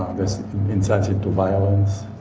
there's insights into violence